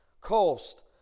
cost